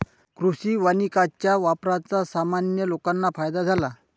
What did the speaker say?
कृषी वानिकाच्या वापराचा सामान्य लोकांना फायदा झाला